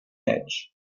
edge